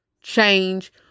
change